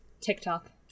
TikTok